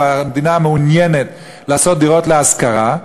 והמדינה מעוניינת לעשות דירות להשכרה,